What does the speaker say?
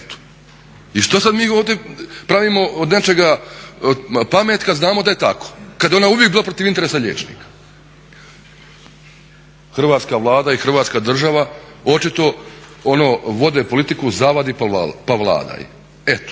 ovdje pravimo od nečega pamet kada znamo da je tako, kada je ona uvijek bila protiv interesa liječnika. Hrvatska Vlada i Hrvatska država očito vode politiku zavadi pa vladaj, eto.